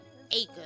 acres